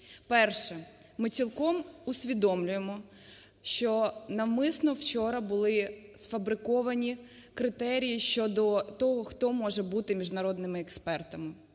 Перше. Ми цілком усвідомлюємо, що навмисно вчора були сфабриковані критерії щодо того, хто може бути міжнародними експертами.